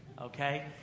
okay